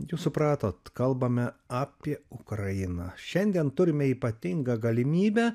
jau supratot kalbame apie ukrainą šiandien turime ypatingą galimybę